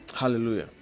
Hallelujah